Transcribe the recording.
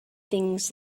things